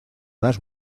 las